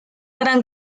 gran